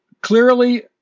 clearly